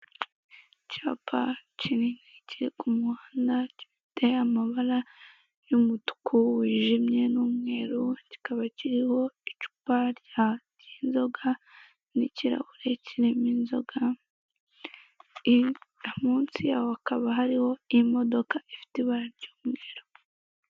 Icyapa kinini kiri ku muhanda, giteye amabara y'umutuku wijimye n'umweru, kikaba kiriho icupa ry'inzoga, n'ikirahire kirimo inzoga, munsi yaho hakaba hariho imodoka ifite ibara ry'umweru.